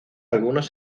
algunos